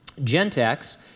Gentex